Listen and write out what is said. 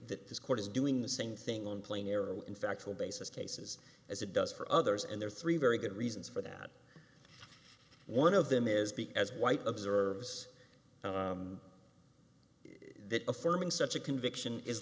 this court is doing the same thing on plain error in factual basis cases as it does for others and there are three very good reasons for that one of them is be as white observes that affirming such a conviction is